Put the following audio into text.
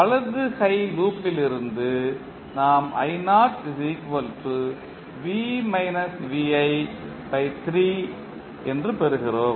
வலது கை லூப் லிருந்து நாம் பெறுகிறோம்